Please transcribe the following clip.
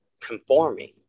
conforming